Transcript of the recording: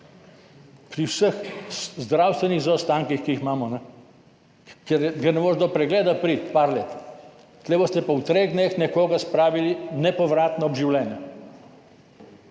pri vseh zdravstvenih zaostankih, ki jih imamo, ker ne moreš priti do pregleda par let, tu boste pa v treh dneh nekoga spravili nepovratno ob življenje.